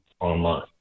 online